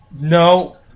No